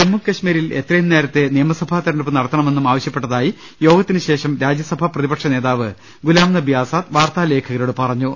ജമ്മു കശ്മീരിൽ എത്രയും നേരത്തെ നിയമസഭാ തെരഞ്ഞെടുപ്പ് നട ത്തണമെന്നും ആവശ്യപ്പെട്ടതായി യോഗത്തിനുശേഷം രാജ്യസഭ പ്രതിപക്ഷ നേതാവ് ഗുലാം നബി ആസാദ് വാർത്താലേഖകരെ അറിയിച്ചു